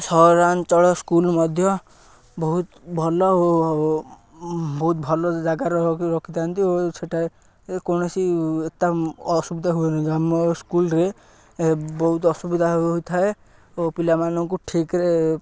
ସହରାଞ୍ଚଳ ସ୍କୁଲ ମଧ୍ୟ ବହୁତ ଭଲ ଓ ବହୁତ ଭଲ ଜାଗାରେ ରଖିଥାନ୍ତି ଓ ସେଠାରେ କୌଣସି ଏତା ଅସୁବିଧା ହୁଏନି ଆମ ସ୍କୁଲରେ ବହୁତ ଅସୁବିଧା ହୋଇଥାଏ ଓ ପିଲାମାନଙ୍କୁ ଠିକରେ